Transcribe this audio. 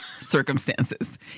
circumstances